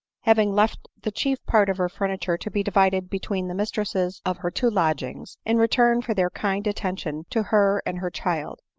having left the chief part of her furniture to be divided between the mistresses of her two lodgings, in return for their kind attention to her and her child,